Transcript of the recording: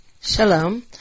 Shalom